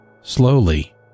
Slowly